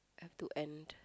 have to end